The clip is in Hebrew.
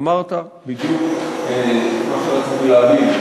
אמרת בדיוק את מה שרציתי להגיד,